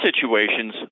situations